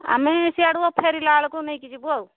ଆମେ ସେଆଡ଼ୁ ଫେରିଲା ବେଳକୁ ନେଇକି ଯିବୁ ଆଉ